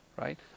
Right